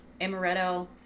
amaretto